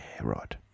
right